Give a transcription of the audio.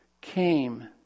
came